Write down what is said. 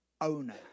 owner